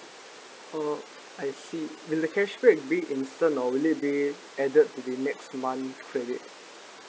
oh I see will the cashback be instant or will it be added to be next month credit